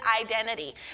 identity